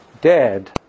dead